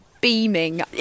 beaming